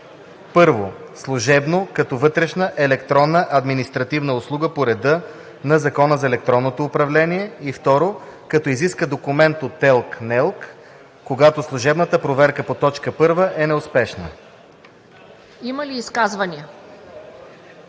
1. служебно, като вътрешна електронна административна услуга по реда на Закона за електронното управление; 2. като изиска документ от ТЕЛК (НЕЛК), когато служебната проверка по т. 1 е неуспешна.“ ПРЕДСЕДАТЕЛ